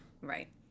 Right